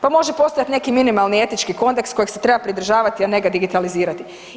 Pa može postojati neki minimalni etički kodeks kojeg se treba pridržavati a ne ga digitalizirati.